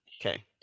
Okay